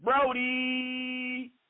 Brody